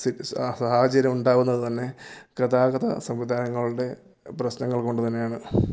ആ സാഹചര്യം ഉണ്ടാകുന്നത് തന്നെ ഗതാഗത സംവിധാനങ്ങളുടെ പ്രശ്നങ്ങൾ കൊണ്ട് തന്നെയാണ്